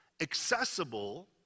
accessible